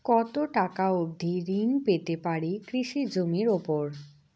কত টাকা অবধি ঋণ পেতে পারি কৃষি জমির উপর?